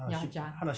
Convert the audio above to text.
ya jung~